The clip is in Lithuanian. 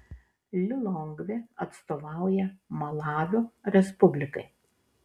lilongvė atstovauja malavio respublikai